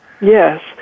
yes